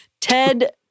Ted